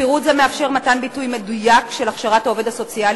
פירוט זה מאפשר מתן ביטוי מדויק של הכשרת העובד הסוציאלי